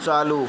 चालू